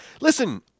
listen